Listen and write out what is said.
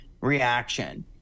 reaction